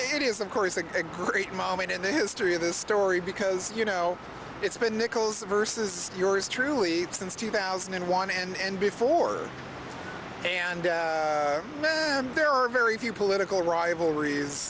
course a great moment in the history of this story because you know it's been nichols versus yours truly since two thousand and one and before and there are very few political rivalries